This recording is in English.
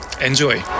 Enjoy